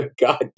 God